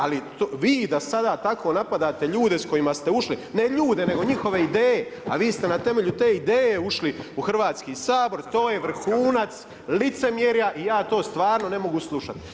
Ali vi da sada tako napadate ljude s kojima ste ušli, ne ljude, nego njihove ideje, a vi ste na temelju te ideje ušli u Hrvatski sabor, to je vrhunac licemjerja i ja to stvarno ne mogu slušati.